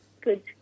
Good